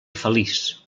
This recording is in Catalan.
feliç